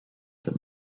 that